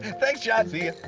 thanks, john! see